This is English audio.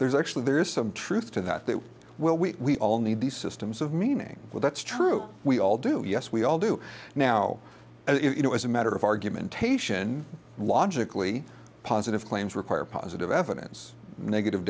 there's actually there is some truth to that that will we all need these systems of meaning well that's true we all do yes we all do now as you know as a matter of argumentation logically positive claims require positive evidence negative